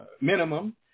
minimum